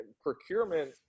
procurement